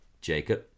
Jacob